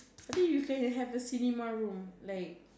I think you can you have a cinema room like